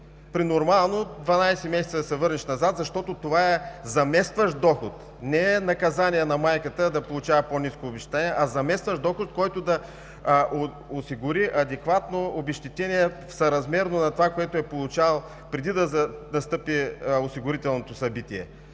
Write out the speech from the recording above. при нормално 12 месеца да се върнеш назад, защото това е заместващ доход, не е наказание на майката да получава по-ниско обезщетение, а заместващ доход, който да осигури адекватно обезщетение, съразмерно на това, което е получавала преди да настъпи осигурителното събитие.